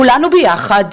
כולנו ביחד,